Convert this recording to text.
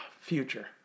Future